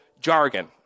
jargon